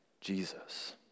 Jesus